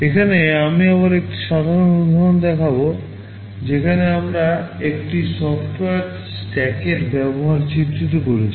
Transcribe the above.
এখানে আমি আবার একটি সাধারণ উদাহরণ দেখাব যেখানে আমরা একটি সফ্টওয়্যার স্ট্যাকের ব্যবহার চিত্রিত করছি